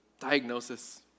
diagnosis